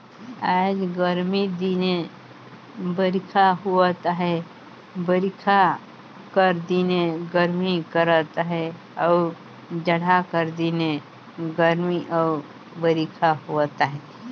आएज गरमी दिने बरिखा होवत अहे बरिखा कर दिने गरमी करत अहे अउ जड़हा कर दिने गरमी अउ बरिखा होवत अहे